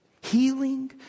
Healing